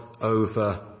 over